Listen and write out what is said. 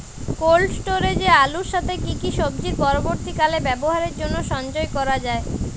Cold স্টোরেজে আলুর সাথে কি কি সবজি পরবর্তীকালে ব্যবহারের জন্য সঞ্চয় করা যায়?